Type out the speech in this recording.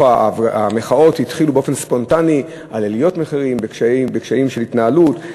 המחאות התחילו באופן ספונטני על עליות מחירים וקשיים של התנהלות.